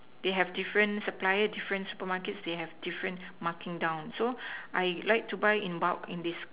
they have different suppliers different supermarkets they have different marking down so I like to buy in bulk in this